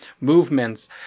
movements